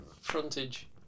frontage